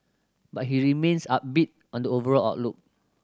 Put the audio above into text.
but he remains upbeat on the overall outlook